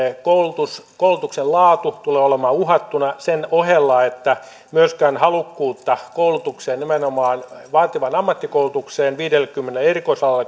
koulutuksen laatu tulee olemaan uhattuna sen ohella että myös halukkuus koulutukseen nimenomaan vaativaan ammattikoulutukseen koulutukseen viidellekymmenelle erikoisalalle